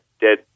dead